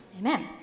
Amen